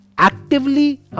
Actively